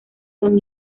son